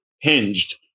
hinged